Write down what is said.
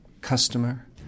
customer